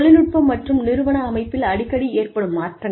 தொழில்நுட்பம் மற்றும் நிறுவன அமைப்பில் அடிக்கடி ஏற்படும் மாற்றங்கள்